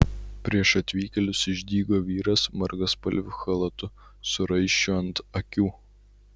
prieš atvykėlius išdygo vyras margaspalviu chalatu su raiščiu ant akių